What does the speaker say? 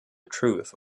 truth